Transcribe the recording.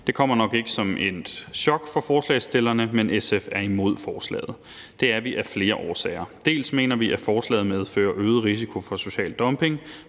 Det kommer nok ikke som et chok for forslagsstillerne, at SF er imod forslaget, og det er vi af flere årsager. Dels mener vi, at forslaget medfører øget risiko for social dumping,